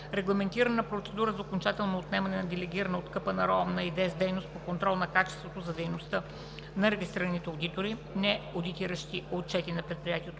регламентиране на процедура за окончателно отнемане на делегирана от КПНРО на ИДЕС дейност по контрол на качеството на дейността на регистрираните одитори, неодитиращи отчети на предприятия